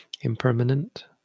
impermanent